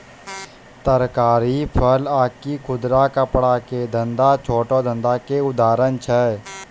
तरकारी, फल आकि खुदरा कपड़ा के धंधा छोटो धंधा के उदाहरण छै